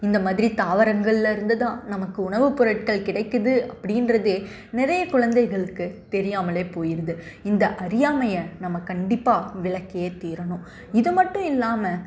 இந்த மாதிரி தாவரங்கள்லேருந்து தான் நமக்கு உணவு பொருட்கள் கிடைக்கிது அப்படின்றது நிறைய குழந்தைகளுக்கு தெரியாமல் போயிடுது இந்த அறியாமையை நம்ம கண்டிப்பாக விளக்கி தீரனும் இது மட்டும் இல்லாமல்